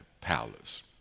palace